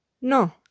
No